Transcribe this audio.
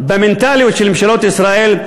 במנטליות של ממשלות ישראל,